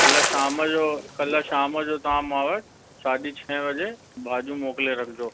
कल्ह शाम जो कल्ह शाम जो तव्हां मा वटि साढी छहें बजे भाॼियूं मोकिले रखिजो